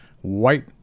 white